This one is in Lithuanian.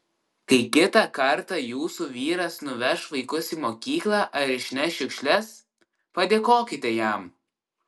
kai kitą kartą jūsų vyras nuveš vaikus į mokyklą ar išneš šiukšles padėkokite jam